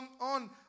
on